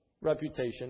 reputation